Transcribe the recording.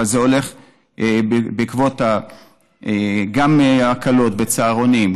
אבל זה הולך בעקבות ההקלות גם בצהרונים,